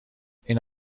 این